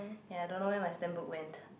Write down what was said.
ya I don't know where my stamp book went